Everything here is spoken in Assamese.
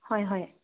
হয় হয়